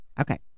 Okay